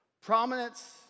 Prominence